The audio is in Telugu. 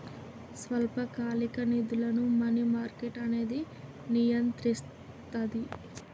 స్వల్పకాలిక నిధులను మనీ మార్కెట్ అనేది నియంత్రిస్తది